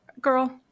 girl